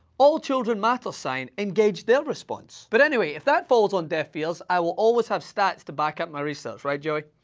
all children matter sign, and gauge their response. but, anyway. if that falls on deaf ears, i will always have stats to back up my research. right, joey?